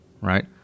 right